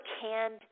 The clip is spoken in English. canned